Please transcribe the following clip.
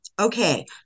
Okay